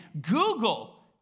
Google